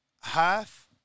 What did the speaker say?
half